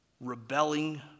rebelling